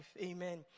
Amen